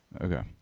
Okay